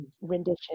rendition